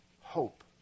hope